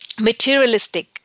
materialistic